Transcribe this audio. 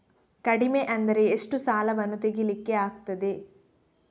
ಕಡಿಮೆ ಅಂದರೆ ಎಷ್ಟು ಸಾಲವನ್ನು ತೆಗಿಲಿಕ್ಕೆ ಆಗ್ತದೆ?